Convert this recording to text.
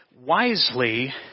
wisely